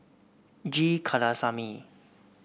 G Kandasamy